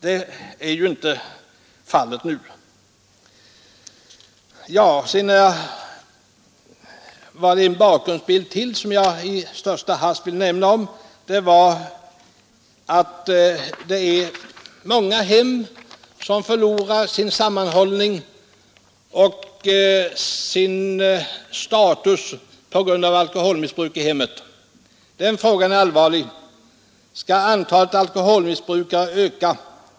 Så är ju inte fallet nu, En annan sak som jag i största hast vill nämna något om är att i många hem går sammanhållningen förlorad på grund av alkoholmissbruk. Den frågan är allvarlig. Skall antalet alkoholmissbrukare öka?